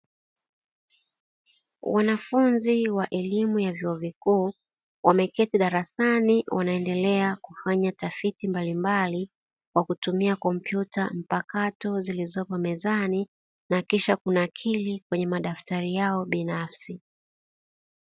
Wanafunzi wa elimu ya vyuo vikuu wameketi darasani wanaendelea kufanya tafiti mbalimbali kwa kutumia kompyuta mpakato zilizopo mezani na kisha kunakiri kwenye madaftari yao binafsi.